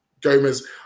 Gomez